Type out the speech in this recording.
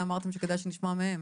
מוסי ואופיר, אמרתם שכדאי שנשמע מהם.